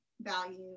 value